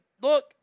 look